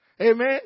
Amen